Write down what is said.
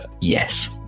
Yes